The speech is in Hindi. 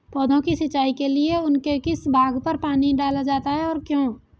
पौधों की सिंचाई के लिए उनके किस भाग पर पानी डाला जाता है और क्यों?